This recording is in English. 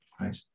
right